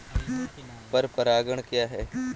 पर परागण क्या है?